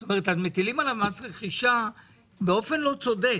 זאת אומרת, מטילים עליו מס רכישה באופן לא צודק.